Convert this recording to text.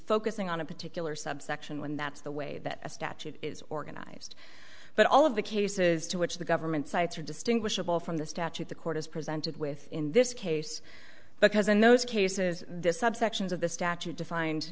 focusing on a particular subsection one that's the way that a statute is organized but all of the cases to which the government sites are distinguishable from the statute the court is presented with in this case because in those cases this subsections of the statute